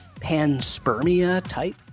panspermia-type